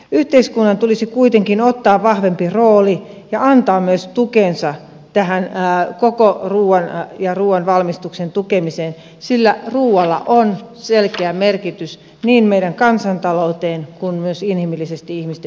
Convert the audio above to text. yhteiskunnan tulisi kuitenkin ottaa vahvempi rooli ja antaa myös tukensa tähän koko ruuan ja ruuan valmistuksen tukemiseen sillä ruualla on selkeä merkitys niin meidän kansantaloudelle kuin myös inhimillisesti ihmisten hyvinvoinnille